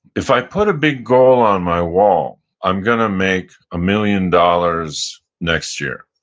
if i put a big goal on my wall, i'm going to make a million dollars next year,